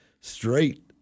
straight